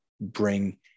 bring